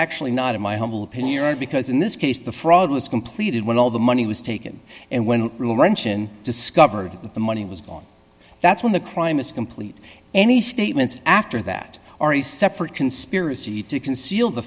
actually not in my humble opinion because in this case the fraud was completed when all the money was taken and when real wrench and discovered that the money was gone that's when the crime is complete any statements after that are a separate conspiracy to conceal the